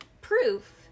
proof